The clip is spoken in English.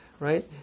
Right